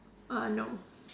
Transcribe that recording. uh no